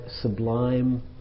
sublime